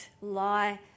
lie